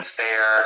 fair